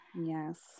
yes